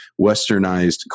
westernized